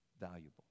valuable